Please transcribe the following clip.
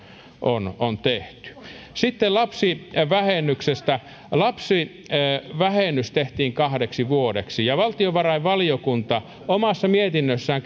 on on tehty sitten lapsivähennyksestä lapsivähennys tehtiin kahdeksi vuodeksi ja valtiovarainvaliokunta omassa mietinnössään